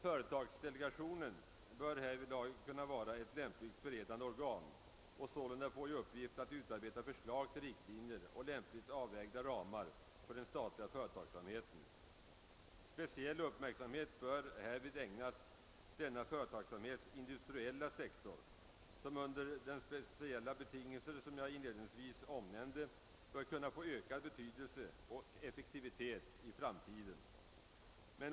Företagsdelegationen bör vara ett lämpligt beredande organ och sålunda kunna få i uppgift att utarbeta förslag till riktlinjer och lämpligt avvägda ramar för den statliga företagsamheten. Särskild uppmärksamhet bör härvid ägnas denna företagsamhets industriella sektor, som under de speciella betingelser som jag inledningsvis omnämnde bör kunna få ökad betydelse och effektivitet i framtiden.